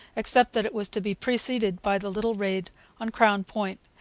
except that it was to be preceded by the little raid on crown point,